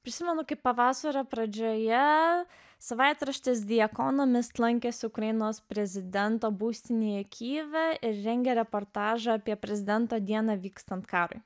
prisimenu kaip pavasario pradžioje savaitraštis the economist lankėsi ukrainos prezidento būstinėje kyjive ir rengia reportažą apie prezidento dieną vykstant karui